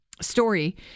story